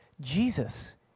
Jesus